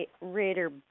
Raider